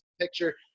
picture